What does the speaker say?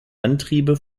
antriebe